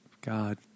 God